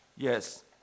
Yes